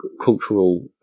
cultural